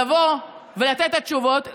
לבוא ולתת את התשובות.